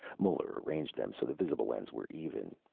muller arranged them so the visible ends were even.